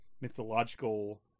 mythological